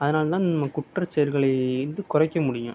அதனால் தான் குற்றச் செயல்கள் குறைக்க முடியும்